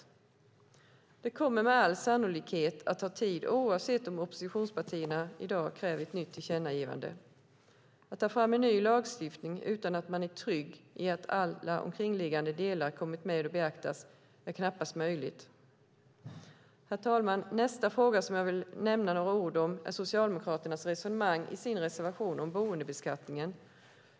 Det kommer med all sannolikhet att ta tid, oavsett om oppositionspartierna i dag kräver ett nytt tillkännagivande. Att ta fram en ny lagstiftning utan att man är trygg i att alla omkringliggande delar kommit med och beaktats är knappast möjligt. Herr talman! Jag vill nämna några ord om Socialdemokraternas resonemang i deras reservation om boendebeskattningen.